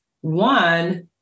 One